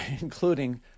including